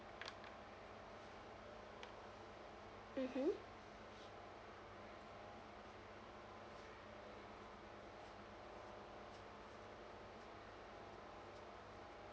mmhmm